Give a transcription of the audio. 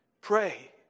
pray